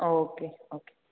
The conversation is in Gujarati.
okay okay